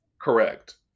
Correct